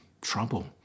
trouble